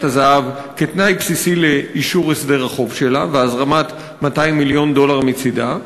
הזהב כתנאי בסיסי לאישור הסדר החוב שלה והזרמת 200 מיליון דולר מצדה,